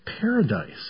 paradise